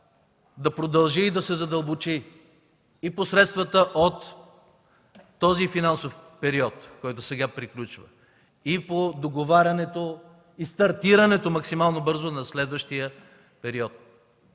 да продължи и да се задълбочи – и по средствата от този финансов период, който сега приключва, и по договарянето, и стартирането максимално бързо на следващия период.